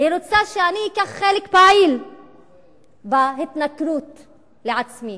היא רוצה שאני אקח חלק פעיל בהתנכרות לעצמי.